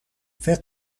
فکر